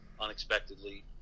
unexpectedly